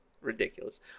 Ridiculous